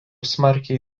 smarkiai